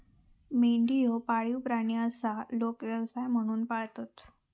मेंढी ह्यो पाळीव प्राणी आसा, लोक व्यवसाय म्हणून पाळतत